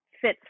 fits